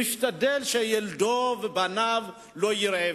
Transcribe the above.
ומשתדל שילדו ובניו לא יהיו רעבים.